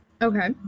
Okay